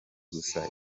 gusa